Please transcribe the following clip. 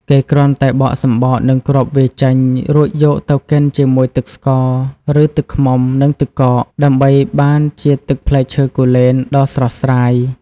គេគ្រាន់តែបកសំបកនិងគ្រាប់វាចេញ រួចយកទៅកិនជាមួយទឹកស្ករ ឬទឹកឃ្មុំ និងទឹកកក ដើម្បីបានជាទឹកផ្លែឈើគូលែនដ៏ស្រស់ស្រាយ។